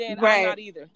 Right